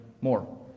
more